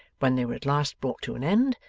when they were at last brought to an end,